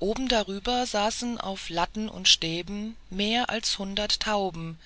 oben darüber saßen auf latten und stäben mehr als hundert tauben